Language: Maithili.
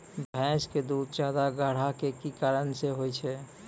भैंस के दूध ज्यादा गाढ़ा के कि कारण से होय छै?